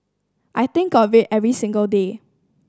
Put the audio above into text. I think of it every single day